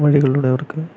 വഴികളിലൂടെ അവർക്ക്